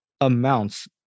amounts